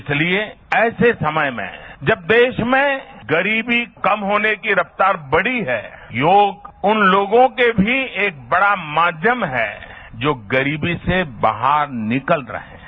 इसलिए ऐसे समय में जब देश में गरीबी कम होने की रफ्तार बढ़ी है योग उन लोगों के भी एक बड़ा माध्यम है जो गरीबी से बाहर निकल रहे हैं